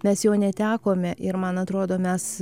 mes jo netekome ir man atrodo mes